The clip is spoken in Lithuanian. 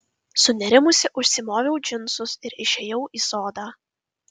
sunerimusi užsimoviau džinsus ir išėjau į sodą